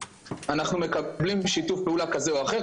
אנחנו מקבלים שיתוף פעולה כזה או אחר,